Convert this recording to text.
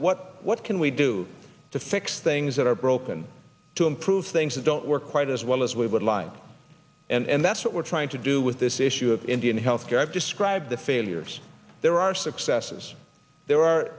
what what can we do to fix things that are broken to improve things that don't work quite as well as we would like and that's what we're trying to do with this issue of indian health care i've described the failures there are successes there are